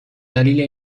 دلیل